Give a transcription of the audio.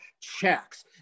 checks